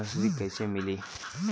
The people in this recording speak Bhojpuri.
कृषि ऋण कैसे मिली?